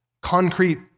concrete